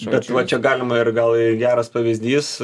bet va čia galima ir gal geras pavyzdys